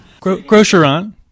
Grocerant